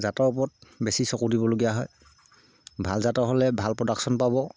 জাতৰ ওপৰত বেছি চকু দিবলগীয়া হয় ভাল জাতৰ হ'লে ভাল প্ৰডাকশ্যন পাব